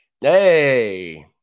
hey